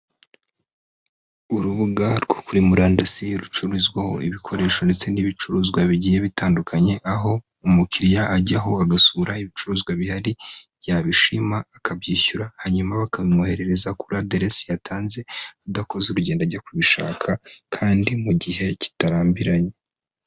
Urubuga rwo kuri murandasi rucururizwaho ibikoresho ndetse n'ibicuruzwa bigiye bitandukanye, aho umukiriya ajyaho agasura ibicuruzwa bihari, yabishima akabyishyura, hanyuma bakabimwoherereza kuri aderesi yatanze, adakoze urugendo ajya kubishaka kandi mu gihe kitarambiranye.